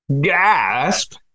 Gasp